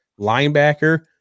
linebacker